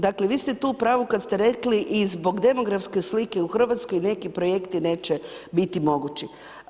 Dakle, vi ste tu u pravu kad ste rekli i zbog demografske slike u Hrvatskoj neki projekti neće biti mogući.